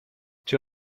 czy